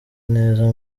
neza